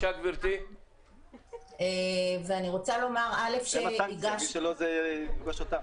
אני רוצה לומר שאנחנו הגשנו מספר פרוגרמות,